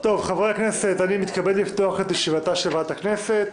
אני מתכבד לפתוח את ישיבתה של ועדת הכנסת.